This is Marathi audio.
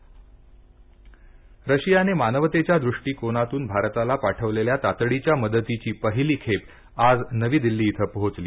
रशिया राजदत रशियाने मानवतेच्या दृष्टिकोनातून भारताला पाठवलेल्या तातडीच्या मदतीची पहिली खेप आज नवी दिल्ली इथ पोहोचली